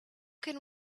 can